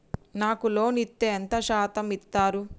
నాకు లోన్ ఇత్తే ఎంత శాతం ఇత్తరు?